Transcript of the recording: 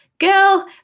girl